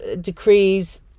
decrees